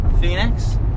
Phoenix